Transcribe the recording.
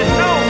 no